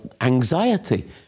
anxiety